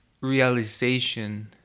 realization